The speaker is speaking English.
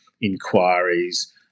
inquiries